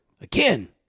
Again